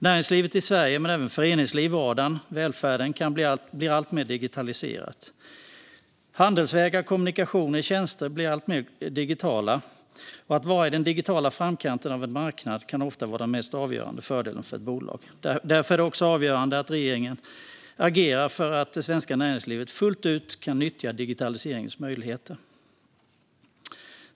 Näringslivet i Sverige blir, liksom föreningslivet, vardagen och välfärden, alltmer digitaliserat. Handelsvägar, kommunikationer och tjänster blir alltmer digitala. Att vara i den digitala framkanten av en marknad kan ofta vara den mest avgörande fördelen för ett bolag. Därför är det också avgörande att regeringen agerar för att det svenska näringslivet fullt ut ska kunna nyttja digitaliseringens möjligheter.